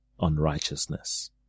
unrighteousness